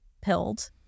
pilled